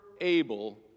able